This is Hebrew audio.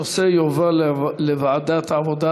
הנושא יועבר לוועדת העבודה,